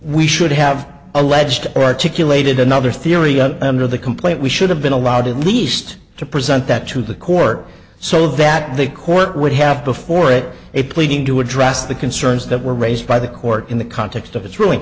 we should have alleged articulated another theory under the complaint we should have been allowed at least to present that to the court so that the court would have before it a pleading to address the concerns that were raised by the court in the context of its r